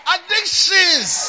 Addictions